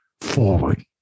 forward